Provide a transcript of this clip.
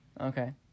Okay